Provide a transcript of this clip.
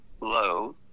low